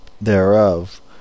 thereof